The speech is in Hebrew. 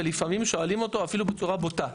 ולפעמים שואלים אותו אפילו בצורה בוטה.